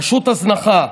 פשוט הזנחה.